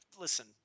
listen